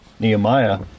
Nehemiah